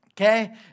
okay